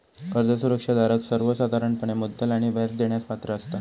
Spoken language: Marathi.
कर्ज सुरक्षा धारक सर्वोसाधारणपणे मुद्दल आणि व्याज देण्यास पात्र असता